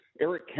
Eric